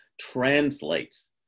translates